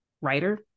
writer